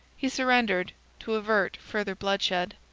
he surrendered to avert further bloodshed.